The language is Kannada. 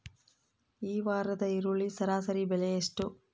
ಈ ವಾರದ ಈರುಳ್ಳಿ ಸರಾಸರಿ ಬೆಲೆ ಎಷ್ಟು?